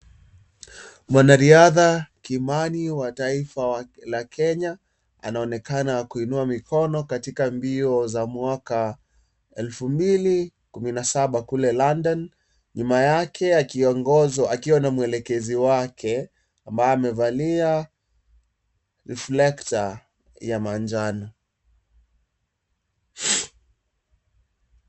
Mwanariadha Kimani wa taifa la Kenya anaonekana kuinua mikono katika mbio za mwaka elfu mbili kumi na saba kule London; nyuma yake akiwa na mwelekezi wake ambaye amevalia reflector ya manjano.